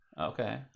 Okay